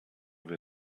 wir